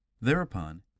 Thereupon